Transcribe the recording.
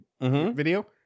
video